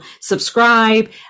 Subscribe